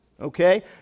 okay